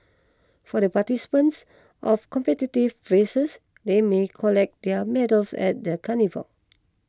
for the participants of competitive races they may collect their medals at the carnival